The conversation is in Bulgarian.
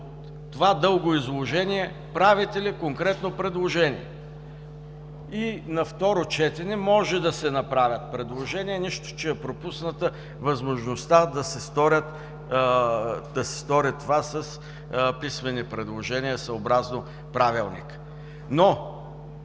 това дълго изложение правите ли конкретно предложение?“. И на второ четене може да се направят предложения, нищо че е пропусната възможността да се направи това с писмени предложения, съобразно Правилника. Моля